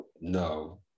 no